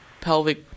pelvic